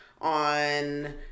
on